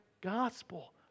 gospel